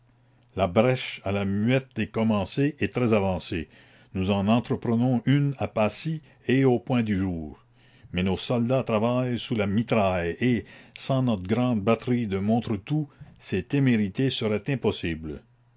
la brèche à la muette est commencée et très avancée nous en entreprenons une à passy et au point-du-jour mais nos soldats travaillent sous la mitraille et sans la commune notre grande batterie de montretout ces témérités seraient impossibles